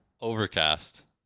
overcast